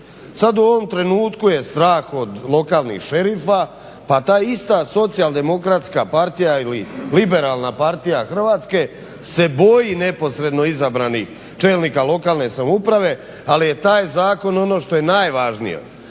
Sad u ovom trenutku je strah od lokalnih šerifa, pa ta ista SDP-a ili Liberalna partija Hrvatske se boji neposredno izabranih čelnika lokalne samouprave. Ali je taj zakon ono što je najvažnije